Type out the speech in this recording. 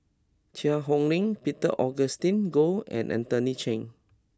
Cheang Hong Lim Peter Augustine Goh and Anthony Chen